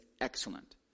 excellent